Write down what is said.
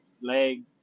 leg